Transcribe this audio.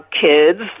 kids